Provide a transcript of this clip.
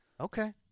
Okay